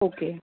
okay